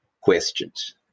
questions